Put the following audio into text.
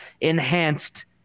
enhanced